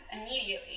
immediately